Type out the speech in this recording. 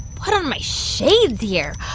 put on my shades here.